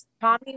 Tommy